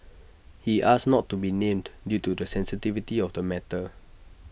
he asked not to be named due to the sensitivity of the matter